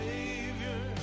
Savior